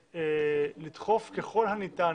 ולדחוף ככל הניתן,